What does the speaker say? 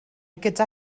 gyda